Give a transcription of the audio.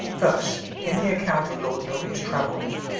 thus, in the account of lord milton's travels,